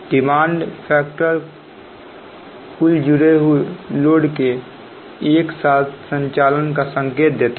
demand factor कुल जुड़े load के एक साथ संचालन का संकेत देता है